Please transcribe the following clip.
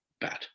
bad